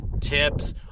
tips